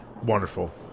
Wonderful